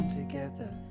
together